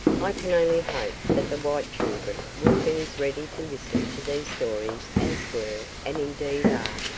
i can only hope that the white children will be as ready to listen to these stories as were, and indeed are,